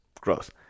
gross